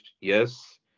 yes